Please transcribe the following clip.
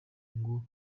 ngo